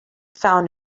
found